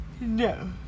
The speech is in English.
No